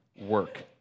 work